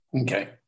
okay